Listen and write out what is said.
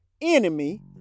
enemy